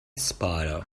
spider